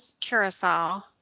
Curacao